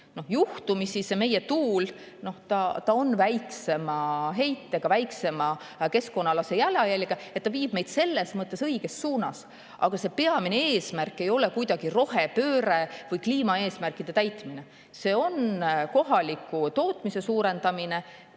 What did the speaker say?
Juhtumisi on see meie tuul väiksema heitega, väiksema keskkonnajalajäljega, nii et ta viib meid selles mõttes õiges suunas. Aga peamine eesmärk ei ole kuidagi rohepööre või kliimaeesmärkide täitmine. See on kohaliku tootmise suurendamine